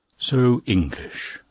so english,